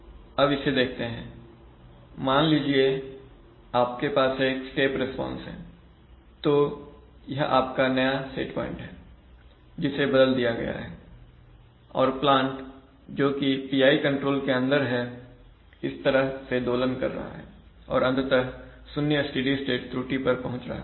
अब इसे देखते हैं मान लीजिए आपके पास एक स्टेप रिस्पांस है तो यह आपका नया सेट प्वाइंट है जिसे बदल दिया गया है और प्लांट जोकि PI कंट्रोल के अंदर है इस तरह से दोलन कर रहा है और अंततः 0 स्टेडी स्टेट त्रुटि पर पहुंच रहा है